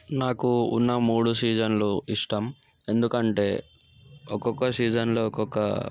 నాకు ఉన్న మూడు సీజన్లు ఇష్టం ఎందుకంటే ఒక్కొక్క సీజన్లో ఒక్కొక్క